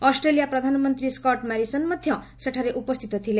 Australia ପ୍ରଧାନମନ୍ତ୍ରୀ Scott Morrison ମଧ୍ୟ ସେଠାରେ ଉପସ୍ଥିତ ଥିଲେ